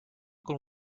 can